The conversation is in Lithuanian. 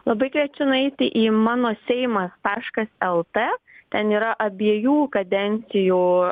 labai kviečiu nueiti į mano seimas taškas lt ten yra abiejų kadencijų